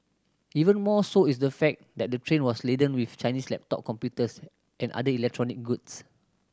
even more so is the fact that the train was laden with Chinese laptop computers and other electronic goods